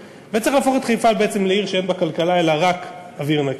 וצריך להפוך את חיפה בעצם לעיר שאין בה כלכלה אלא רק אוויר נקי.